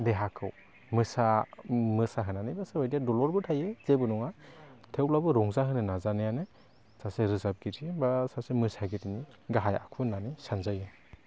देहाखौ मोसा मोसाहोनानै बा सोरबा बायदिया दलरबो थायो जेबो नङा थेवब्लाबो रंजाहोनो नाजानायानो सासे रोजाबगिरिनि बा सासे मोसागिरिनि गाहाय आखु होनानै सान्जायो